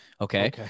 Okay